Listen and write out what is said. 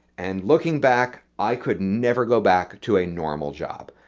and looking back, i could never go back to a normal job.